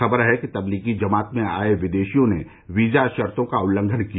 खबर है कि तबलीगी जमात में आये विदेशियों ने वीजा शर्तो का उल्लंघन किया